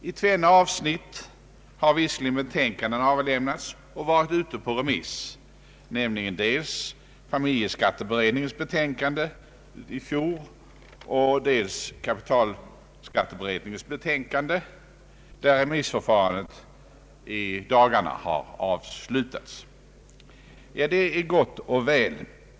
I tvenne avsnitt har visserligen betänkanden avlämnats, som har varit ute på remiss, nämligen dels familjeskatteberedningens betänkande i fjol, dels kapitalskatteberedningens betänkande, där remissförfarandet i dagarna har avslutats. Det är gott och väl.